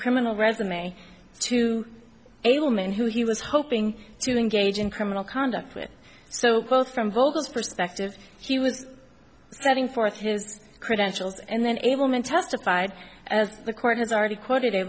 criminal resume to a woman who he was hoping to engage in criminal conduct with so both from vocals perspective she was putting forth his credentials and then ableman testified as the court has already quoted a